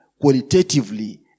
qualitatively